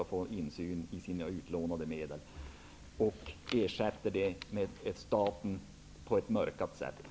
Man vill överlämna denna möjlighet till staten, men på ett sätt som innebär mörkläggning.